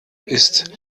ist